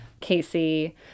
Casey